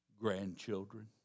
Grandchildren